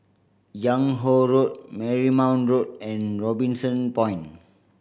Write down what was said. Yung Ho Road Marymount Road and Robinson Point